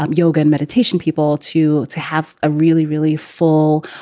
um yoga and meditation people to to have a really, really full,